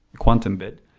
quantum bit,